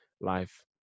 life